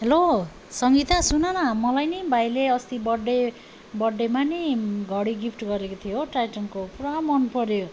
hello Sangita सुनन मलाई नि भाइले अस्ति बर्थडे बर्थडेमा नि घडी गिफ्ट गरेको थियो हो टाइटानको पुरा मनपर्यो